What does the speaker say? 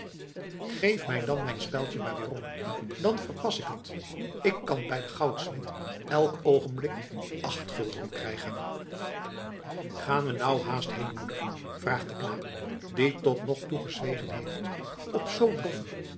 geef dan mijn speldje maar weerom dan verpas ik het ik kan bij den goudsmid elk oogenblik acht gulden krijgen gaan we nou haast heen moeder vraagt de knaap die tot nog toe gezwegen heeft op zoo doffen